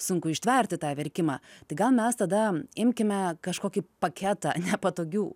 sunku ištverti tą verkimą tai gal mes tada imkime kažkokį paketą nepatogių